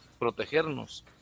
protegernos